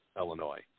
Illinois